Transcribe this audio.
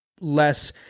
Less